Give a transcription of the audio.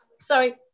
Sorry